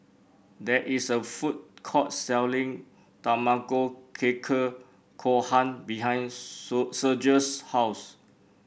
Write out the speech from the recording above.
there is a food court selling Tamago Kake Gohan behind Sergio's house